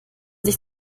sich